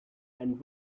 and